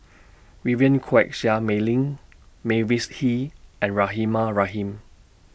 Vivien Quahe Seah Mei Lin Mavis Hee and Rahimah Rahim